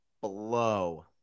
blow